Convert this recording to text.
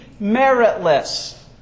meritless